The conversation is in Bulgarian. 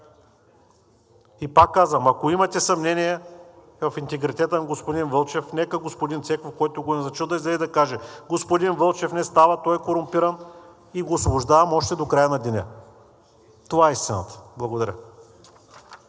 И пак казвам, ако имате съмнение в интегритета на господин Вълчев, нека господин Цеков, който го е назначил, да излезе да каже: господин Вълчев не става, той е корумпиран, и го освобождавам още до края на деня. Това е истината. Благодаря.